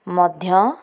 ମଧ୍ୟ